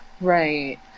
Right